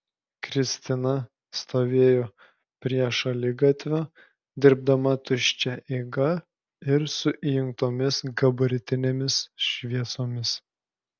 kristina stovėjo prie šaligatvio dirbdama tuščia eiga ir su įjungtomis gabaritinėmis šviesomis